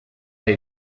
hay